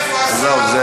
איפה השר, על מהפכה כזאת?